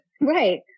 Right